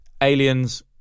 Aliens